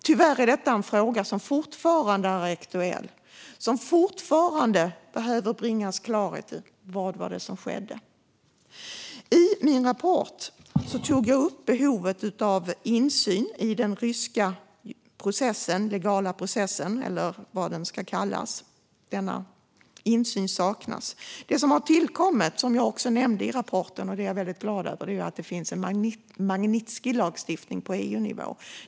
Tyvärr är detta en fråga som fortfarande är aktuell och som det fortfarande behöver bringas klarhet i. Vad var det som skedde? I min rapport tog jag upp behovet av insyn i den ryska legala processen, eller vad den ska kallas. Insyn saknas. Det som har tillkommit, som jag också nämnde i rapporten och som jag är väldigt glad över, är att det finns en Magnitskijlagstiftning på EU-nivå.